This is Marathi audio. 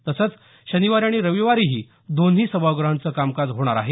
तसंच शनिवारी आणि रविवारीही दोन्ही सभाग्रहांचं कामकाज होणार आहे